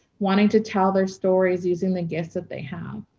wanting to tell their stories using the gifts that they have?